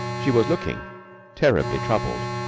she was looking terribly troubled.